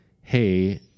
hey